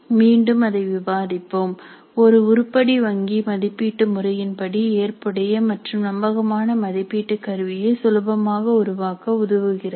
மீண்டும் அதை விவாதிப்போம் ஒரு உருப்படி வங்கி மதிப்பீட்டு முறையின் படி ஏற்புடைய மற்றும் நம்பகமான மதிப்பீட்டு கருவியை சுலபமாக உருவாக்க உதவுகிறது